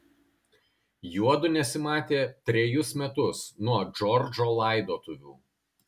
juodu nesimatė trejus metus nuo džordžo laidotuvių